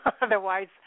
Otherwise